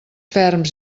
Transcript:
ferms